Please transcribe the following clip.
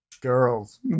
Girls